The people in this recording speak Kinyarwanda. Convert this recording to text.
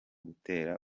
gutera